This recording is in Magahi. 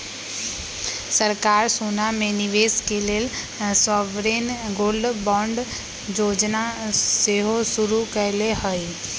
सरकार सोना में निवेश के लेल सॉवरेन गोल्ड बांड जोजना सेहो शुरु कयले हइ